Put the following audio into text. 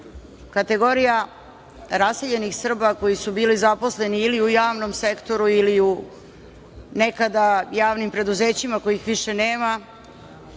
kategorija raseljenih Srba koji su bili zaposleni ili u javnom sektoru ili u nekada javnim preduzećima kojih više